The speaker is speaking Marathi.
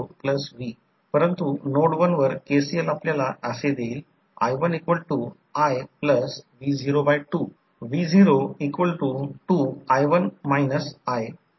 तर V2 E2 आहे कारण येथे हे सर्व स्थानांतरित केले आहे V2 हे RL आणि XL मधील व्होल्टेज आहे काय करू शकतो तर ते एक प्रायमरी साईड किंवा मग या V2 चे इक्विवलेंट व्होल्टेज काय असेल ते प्रायमरी साईडला काहीही होणार नाही परंतु K V2 प्रायमरी साईडला येईल